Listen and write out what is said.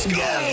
go